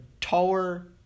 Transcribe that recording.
taller